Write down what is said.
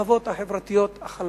השכבות החברתיות החלשות,